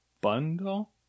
Bundle